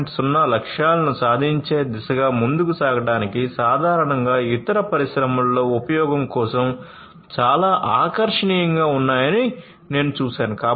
0 లక్ష్యాలను సాధించే దిశగా ముందుకు సాగడానికి సాధారణoగ ఇతర పరిశ్రమలలో ఉపయోగం కోసం చాలా ఆకర్షణీయంగా ఉన్నాయని నేను చూశాను